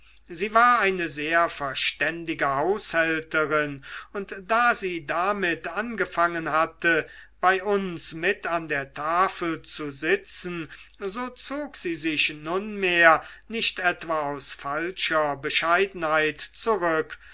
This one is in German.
sie war eine sehr verständige haushälterin und da sie damit angefangen hatte bei uns mit an tafel zu sitzen so zog sie sich nunmehr nicht etwa aus falscher bescheidenheit zurück